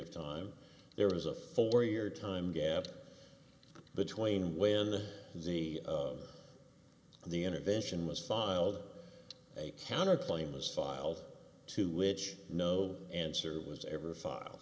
of time there was a four year time gap between when the z and the intervention was filed a counterclaim was thought to which no answer was ever file